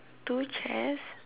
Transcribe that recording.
two chairs